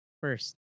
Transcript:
First